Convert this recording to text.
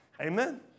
Amen